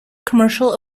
commercial